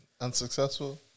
Unsuccessful